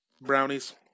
Brownies